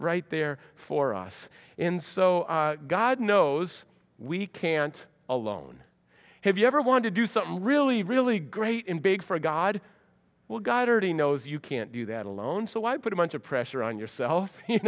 right there for us in so god knows we can't alone have you ever wanted to do something really really great and big for god well god already knows you can't do that alone so i put a bunch of pressure on yourself you